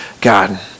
God